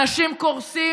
אנשים קורסים,